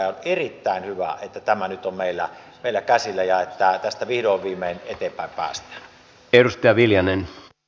on erittäin hyvä että tämä nyt on meillä käsillä ja että tästä vihdoin viimein eteenpäin päästään